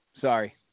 Sorry